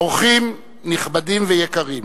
אורחים נכבדים ויקרים,